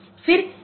फिर S bit है